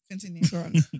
Continue